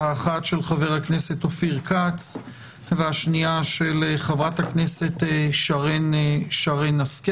האחת של חבר הכנסת אופיר כץ והשנייה של חברת הכנסת שרן השכל.